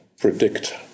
predict